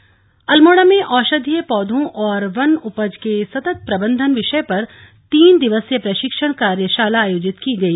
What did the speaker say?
प्रशिक्षण कार्यशाला अल्मोड़ा में औषधीय पौधों और वन उपज के सतत प्रबंधन विषय पर तीन दिवसीय प्रशिक्षण कार्यशाला आयोजित की गई